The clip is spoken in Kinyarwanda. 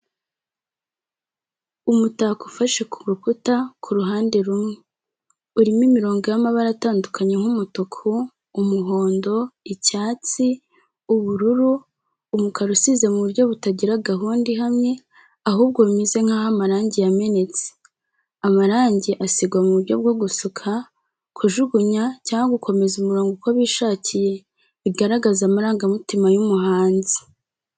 Umutako ufashe ku rukuta ku ruhande rumwe. Urimo imirongo y’amabara atandukanye nk’umutuku, umuhondo, icyatsi, ubururu, umukara usize mu buryo butagira gahunda ihamye, ahubwo bimeze nk’aho amarangi yamenetse. Amarangi asigwa mu buryo bwo gusuka, kujugunya cyangwa gukomeza umurongo uko bishakiye, bigaragaza amarangamutima y’umuhanzi.